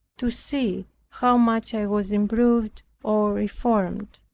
to see how much i was improved or reformed.